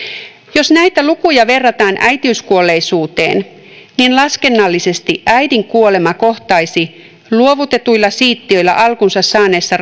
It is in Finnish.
jos näitä lukuja verrataan äitiyskuolleisuuteen niin laskennallisesti äidin kuolema kohtaisi luovutetuilla siittiöillä alkunsa saaneissa